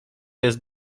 jest